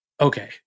okay